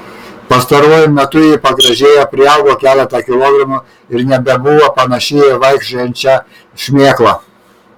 pastaruoju metu ji pagražėjo priaugo keletą kilogramų ir nebebuvo panaši į vaikščiojančią šmėklą